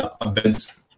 events